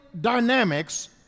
dynamics